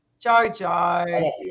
Jojo